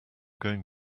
going